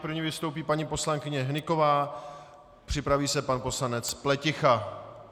První vystoupí paní poslankyně Hnyková, připraví se pan poslanec Pleticha.